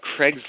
Craigslist